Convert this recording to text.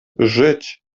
żyć